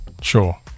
Sure